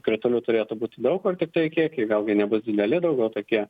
kritulių turėtų būti daug ir tiktai kiekiai gal jie nebus dideli daugiau tokie